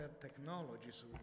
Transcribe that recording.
technologies